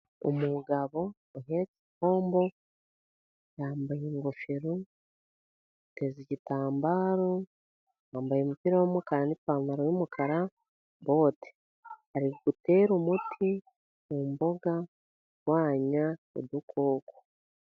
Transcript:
Umugabo uhetse ipombo yambaye ingofero, ateze igitambaro, yambaye umupira w'umukara, n'ipantaro y'umukara, bote ,ari gutera umuti mu mboga urwanya udukoko.